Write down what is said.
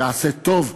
יעשה טוב,